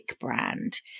brand